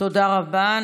תודה רבה.